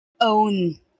own